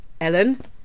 Ellen